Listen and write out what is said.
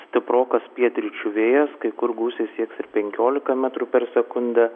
stiprokas pietryčių vėjas kai kur gūsiai sieks ir penkiolika metrų per sekundę